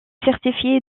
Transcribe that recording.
certifié